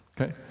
Okay